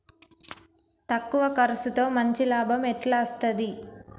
తక్కువ కర్సుతో మంచి లాభం ఎట్ల అస్తది?